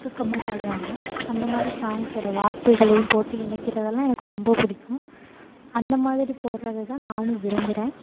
உருக்கமாக பாடுவாங்க அந்த மாதிரி சாங்ஸோடு வார்த்தைகளையும் போட்டு இணைக்கிறதெல்லாம் எனக்கு ரொம்ப பிடிக்கும் அந்த மாதிரி போடுறத தான் நானும் விரும்புகிறேன்